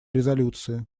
резолюции